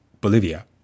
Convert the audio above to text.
Bolivia